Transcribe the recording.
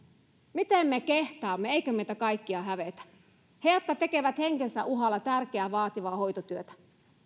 miten me kehtaamme eikö meitä kaikkia hävetä he tekevät henkensä uhalla tärkeää vaativaa hoitotyötä